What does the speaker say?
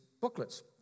booklets